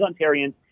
Ontarians